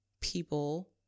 people